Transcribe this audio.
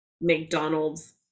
McDonald's